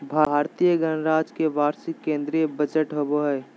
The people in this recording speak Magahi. भारतीय गणराज्य के वार्षिक केंद्रीय बजट होबो हइ